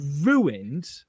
ruined